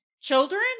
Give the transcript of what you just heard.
children